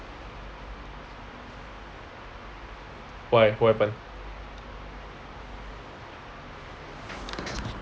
why what happen